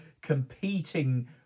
competing